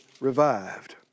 revived